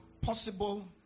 possible